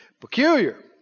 Peculiar